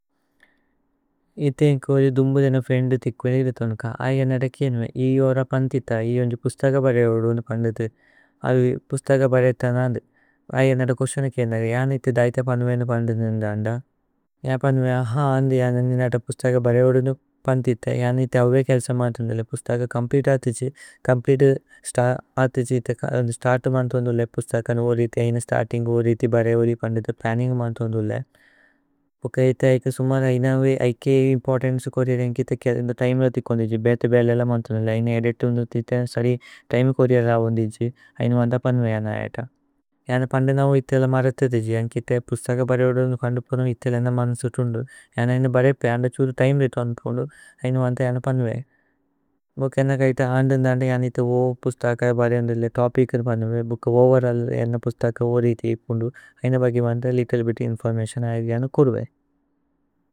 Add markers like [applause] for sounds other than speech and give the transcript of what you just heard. ഇഥേ ഏന്കോരേ ദുമ്ബു ദേന ഫേന്ദു തിക് വേനിഗ്രേ തുന്ക। അയ നേതക് ഏന്വേ, ഏഇ ഓര പന്ഥിഥ ഏഇ ഓന്ജു പുസ്തക। ബരേവോദു ഉന്നു പന്ഥിഥു അവി പുസ്തക ബരേതന് അനദു। അയ നേതക് പുശനക് ഏന്നഗ യാന് ഇഥി ദൈഥ പന്വേനു। ഉന്നു പന്ഥിഥു നിന്ദ അന്ദ അയ പന്വേ അഹ അന്ദി യാന്। ഉന്നു നേതക് [hesitation] പുസ്തക ബരേവോദു ഉന്നു। പന്ഥിഥ യാന് ഇഥി അവേ കേല്സ മാന്തുന്ദുലേ പുസ്തക। ചോമ്പ്ലേതേ ആഥിഛു ഛോമ്പ്ലേതേ ആഥിഛു ഇഥ സ്തര്തു। മാന്തുന്ദുലേ പുസ്തക ഉന്രു രിതി ഐന സ്തര്തിന്ഗ് ഉന്രു। രിതി ബരേവോലി പന്ഥിഥു പ്ലന്നിന്ഗു മാന്തുന്ദുലേ ഭുക്ക ഇഥേ ഐകേ സുമര ഐന അവേ ഐകേ ഇമ്പോര്തന്ചേ। കോരി അരേ ഏന്കിഥ കേദ ഉന്നു തിമേ രോതികുന്ദു ഭേതു। ബേല ല മാന്തുന്ദുലേ ഐന ഏദിതുന്ദു ഇഥ സരി തിമേ। കോരി അരവുന്ദു ഇഥി ഐന വന്ത പന്വേ ഐന ഐഥ। ഐന പന്ദ നവു ഇഥേ ല മരഥിഥു ഇഥി ഏന്കിഥ। പുസ്തക ബരേവോദു ഉന്നു പന്ഥിഥു ഉന്നു ഇഥേ ല ന। മാന്സുതുന്ദു ഐന ഐന ബരേപേ അന്ദ ഛുരു തിമേ। രിതു ഉന്നു പുന്ദു ഐന വന്ത ഐന പന്വേ ഭുക്ക। ഏന്നഗ ഇഥേ അന്ദന് ദന്ദ ഐന ഇഥേ ഓവോ। [hesitation] പുസ്തക ബരേവോദുലേ തോപികുന് പന്വേ ഭുക്ക ഓവേരല്ല്। ഏന്ന പുസ്തക ഓരേ ഇഥേ ഇഥുന്ദു ഐന ബഗി വന്ത। ലിത്ത്ലേ ബിത് ഇന്ഫോര്മതിഓന് ആയിര്ഗേ അന കുരുവേ।